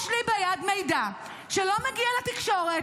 יש לי ביד מידע שלא מגיע לתקשורת,